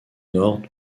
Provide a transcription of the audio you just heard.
nord